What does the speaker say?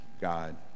God